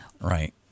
Right